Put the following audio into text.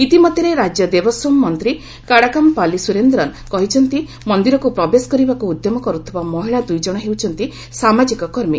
ଇତି ମଧ୍ୟରେ ରାଜ୍ୟ ଦେବସ୍ୱମ୍ ମନ୍ତ୍ରୀ କାଡାକାମ୍ପାଲି ସୁରେନ୍ଦ୍ରନ୍ କହିଛନ୍ତି ମନ୍ଦିରକୁ ପ୍ରବେଶ କରିବାକୁ ଉଦ୍ୟମ କରୁଥିବା ମହିଳା ଦୁଇ ଜଣ ହେଉଛନ୍ତି ସାମାଜିକ କର୍ମୀ